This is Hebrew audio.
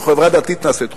או חברה דתית נעשית חופשית.